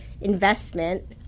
investment